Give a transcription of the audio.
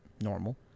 normal